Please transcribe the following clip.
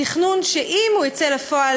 תכנון שאם הוא יצא לפועל,